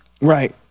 Right